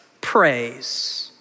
praise